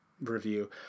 review